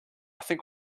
think